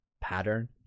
pattern